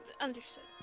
understood